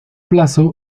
plazo